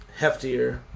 heftier